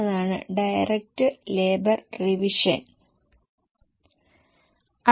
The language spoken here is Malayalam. അതിനു കാരണം ചിലവിൽ മാറ്റമുണ്ടാകുന്നതാണ്